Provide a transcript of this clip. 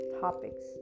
topics